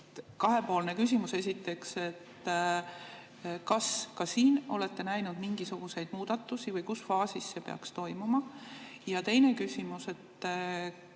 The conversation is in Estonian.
kahepoolne küsimus. Esiteks, kas te ka siin olete ette näinud mingisuguseid muudatusi või mis faasis see peaks toimuma? Ja teine küsimus.